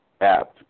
app